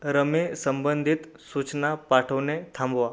rummy संबंधित सूचना पाठवणे थांबवा